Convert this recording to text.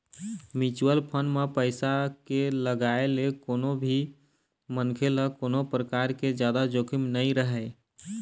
mutual fund म पइसा के लगाए ले कोनो भी मनखे ल कोनो परकार के जादा जोखिम नइ रहय